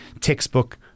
textbook